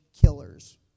killers